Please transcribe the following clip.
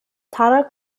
tara